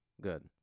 Good